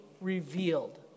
revealed